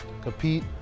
compete